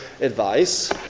advice